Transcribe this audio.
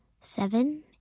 Seven